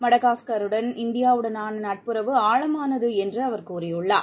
மடகாஸ்கருடன் இந்தியாவுடனான நட்புறவு ஆழமானது என்று அவர் கூறியுள்ளார்